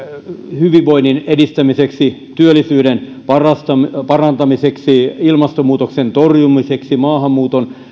hyvinvoinnin edistämiseksi työllisyyden parantamiseksi ilmastonmuutoksen torjumiseksi maahanmuuton